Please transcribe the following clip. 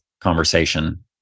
conversation